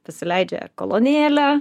pasileidžia kolonėlę